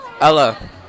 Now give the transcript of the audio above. Ella